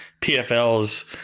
PFL's